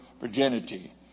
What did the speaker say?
virginity